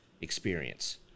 experience